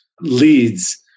leads